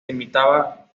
limitaba